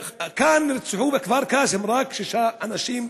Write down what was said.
כאן, רק בכפר קאסם, נרצחו שישה אנשים,